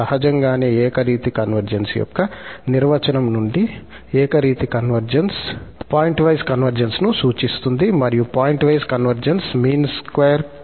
సహజంగానే ఏకరీతి కన్వర్జెన్స్ యొక్క నిర్వచనం నుండి ఏకరీతి కన్వర్జెన్స్ పాయింట్వైస్ కన్వర్జెన్స్ను సూచిస్తుంది మరియు పాయింట్వైస్ కన్వర్జెన్స్ మీన్ స్క్వేర్కోణంలో కన్వర్జెన్స్ను సూచిస్తుంది